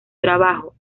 trabajo